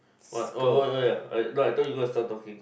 what oh oh oh ya uh no I thought you are gonna start talking